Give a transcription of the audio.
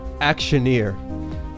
actioneer